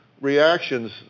Reactions